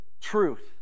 truth